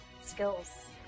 skills